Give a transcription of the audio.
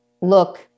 look